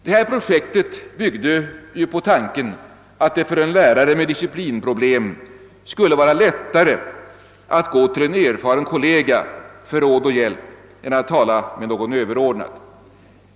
Detta projekt byggde på tanken att det för en lärare med disciplinproblem skulle vara lättare att gå till en erfaren kollega för att få råd och hjälp än att tala med någon överordnad.